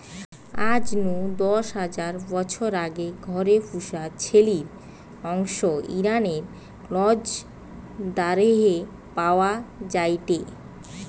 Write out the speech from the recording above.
আজ নু দশ হাজার বছর আগে ঘরে পুশা ছেলির অংশ ইরানের গ্নজ দারেহে পাওয়া যায়টে